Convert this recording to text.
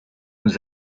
nous